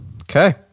Okay